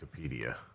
Wikipedia